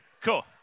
cool